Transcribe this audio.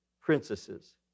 princesses